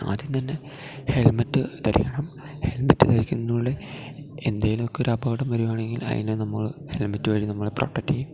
ആദ്യം തന്നെ ഹെൽമറ്റ് ധരിക്കണം ഹെൽമെറ്റ് ധരിക്കുന്നതിലൂടെ എന്തെങ്കിലുമൊക്കെ ഒരു അപകടം വരികയാണെങ്കിൽ അതിന് നമ്മൾ ഹെൽമറ്റ് വഴി നമ്മളെ പ്രൊട്ടക്റ്റ് ചെയ്യും